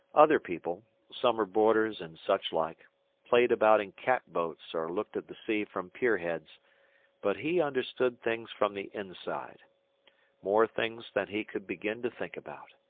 other people summer boarders and such-like played about in cat-boats or looked at the sea from pier-heads but he understood things from the inside more things than he could begin to think about.